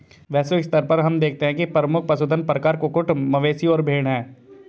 वैश्विक स्तर पर हम देखते हैं कि प्रमुख पशुधन प्रकार कुक्कुट, मवेशी और भेड़ हैं